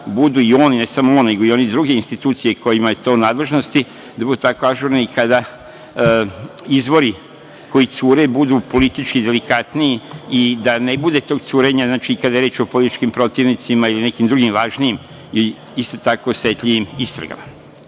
budu i on, i ne samo on, nego i ove druge institucije kojima je to u nadležnosti, da budu tako ažurni i kada izvori koji cure budu politički delikatniji i da ne bude tog curenja kada je reč o političkim protivnicima ili nekim drugim važnijim ili isto tako osetljivim istragama. Ono